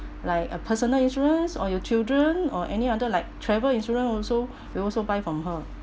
like a personal insurance or your children or any other like travel insurance also we also buy from her